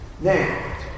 Now